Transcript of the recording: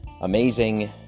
amazing